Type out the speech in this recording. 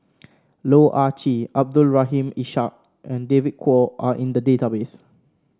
Loh Ah Chee Abdul Rahim Ishak and David Kwo are in the database